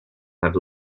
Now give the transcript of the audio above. have